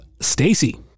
Stacy